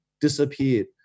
disappeared